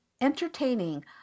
entertaining